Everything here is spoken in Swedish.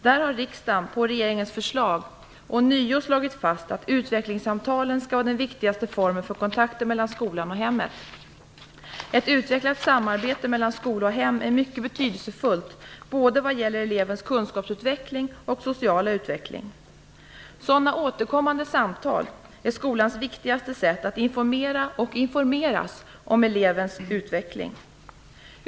Där har riksdagen - på regeringens förslag - ånyo slagit fast att utvecklingssamtalen skall vara den viktigaste formen för kontakter mellan skolan och hemmet. Ett utvecklat samarbete mellan skola och hem är mycket betydelsefullt både vad gäller elevens kunskapsutveckling och sociala utveckling. Sådana återkommande samtal är skolans viktigaste instrument för att informera och informeras om elevens utveckling.